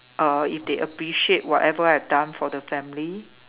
uh if they appreciate whatever I done for the family